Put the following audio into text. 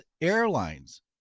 Airlines